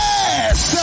Yes